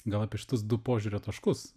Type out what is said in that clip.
gal apie šituos du požiūrio taškus